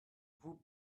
vous